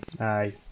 Aye